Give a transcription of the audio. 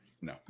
No